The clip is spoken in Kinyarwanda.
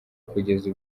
kugeza